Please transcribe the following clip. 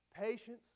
patience